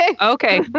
Okay